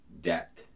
debt